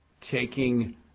taking